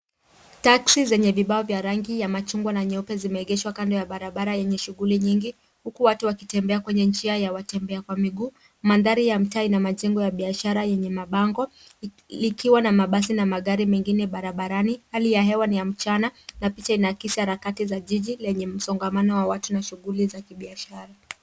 Teksi zenye vibao vya rangi ya machungwa na nyeupe zimeegeshwa kando ya barabara yenye shughuli nyingi huku watu wakitembea kwenye njia ya watembea kwa miguu. Mandhari ya mtai na majengo ya biashara yenye mabango likiwa na mabasi na magari mengine barabarani. Hali ya hewa ni ya mchana na picha inaakisi harakati za jiji lenye msongamano wa watu na shughuli za kibiashara.